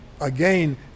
again